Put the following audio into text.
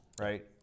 right